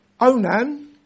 Onan